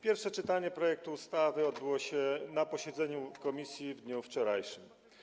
Pierwsze czytanie projektu ustawy odbyło się na posiedzeniu komisji w dniu wczorajszym.